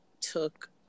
took